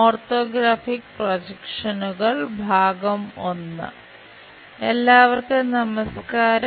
orthographic പ്രൊജക്ഷനുകൾ II എല്ലാവർക്കും നമസ്ക്കാരം